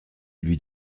lui